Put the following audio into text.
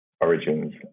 origins